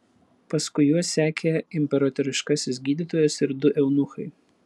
paskui juos sekė imperatoriškasis gydytojas ir du eunuchai